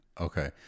Okay